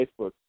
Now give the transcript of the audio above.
Facebook